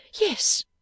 yes